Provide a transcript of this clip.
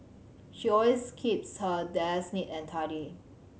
she always keeps her desk neat and tidy